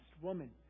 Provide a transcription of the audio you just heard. woman